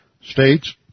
states